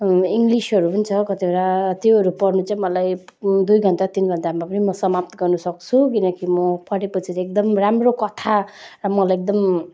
इङ्लिसहरू पनि छ कतिवटा त्योहरू पढ्नु चाहिँ मलाई दुई घन्टा तिन घन्टामा पनि म समाप्त गर्नसक्छु किनकि म पढ्योपछि चाहिँ एकदम राम्रो कथा अब मलाई एकदम